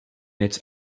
its